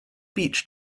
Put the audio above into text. beach